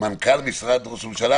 מנכ"ל משרד ראש הממשלה,